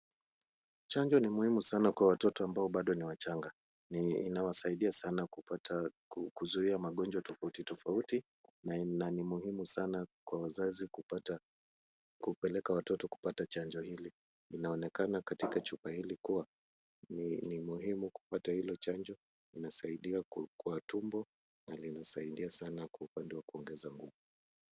Chanjo ni muhimu sana kwa watoto ambao bado ni wachanga na inawasaidia sana kuzuia magonjwa tofauti tofauti na ni muhimu sana kwa wazazi kupeleka watoto kupata chanjo hili. Linaonekana katika chupa hili kuwa ni muhimu kupata hilo chanjo, inasaidia kwa tumbo na linasaidia sana kwa upande wa kuongeza nguvu.